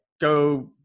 Go